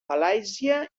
malàisia